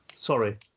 Sorry